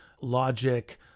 logic